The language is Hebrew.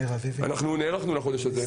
אנחנו נערכנו לחודש הזה,